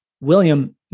William